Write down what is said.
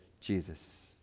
Jesus